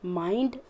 mind